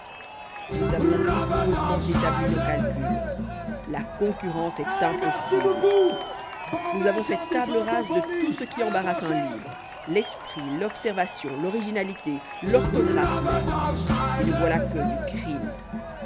nous avons rigoureusement établi nos calculs la concurrence est impossible nous avons fait table rase de tout ce qui embarrasse un livre l'esprit l'observation l'originalité l'orthographe même et ne voilà que du crime